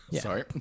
Sorry